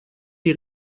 die